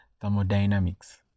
thermodynamics